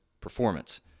performance